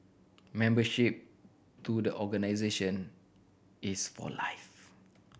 membership to the organisation is for life